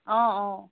অঁ অঁ